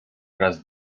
raz